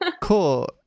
Cool